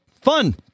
fun